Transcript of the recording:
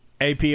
AP